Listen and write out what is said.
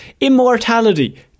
Immortality